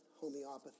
homeopathy